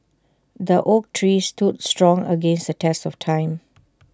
the oak tree stood strong against the test of time